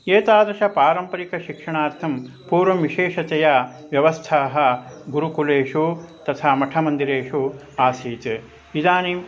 एतादृश पारम्परिकशिक्षणार्थं पूर्वं विशेषतया व्यवस्थाः गुरुकुलेषु तथा मठमन्दिरेषु आसीत् इदानीं